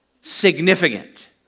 significant